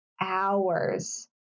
hours